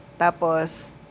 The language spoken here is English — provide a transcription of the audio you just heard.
tapos